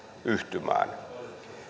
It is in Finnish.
yhtymään